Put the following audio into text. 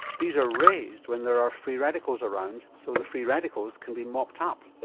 these are raised when there are free radicals around so the free radicals can be mopped up.